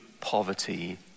poverty